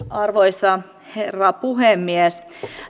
arvoisa herra puhemies